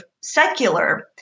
secular